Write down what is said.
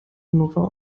hannover